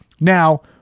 Now